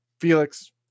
Felix